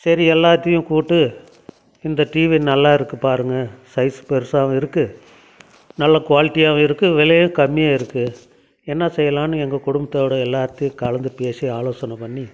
சரி எல்லாத்தையும் கூப்பிட்டு இந்த டிவி நல்லாருக்கு பாருங்கள் சைஸ் பெருசாகவும் இருக்கு நல்ல குவாலிட்டியாகவும் இருக்கு விலையும் கம்மியாக இருக்கு என்ன செய்யலான்னு எங்கள் குடும்பத்தோட எல்லார்ட்டையும் கலந்து பேசி ஆலோசனை பண்ணி